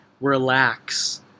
Relax